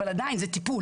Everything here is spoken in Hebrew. אבל זה עדיין טיפול,